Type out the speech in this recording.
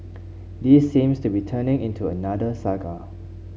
this seems to be turning into another saga